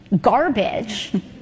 garbage